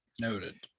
Noted